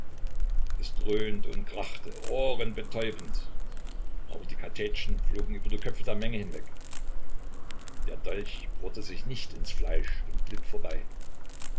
es dröhnte und krachte ohrenbetäubend aber die kartätschen flogen über die köpfe der menge hinweg der dolch bohrte sich nicht ins fleisch und glitt vorbei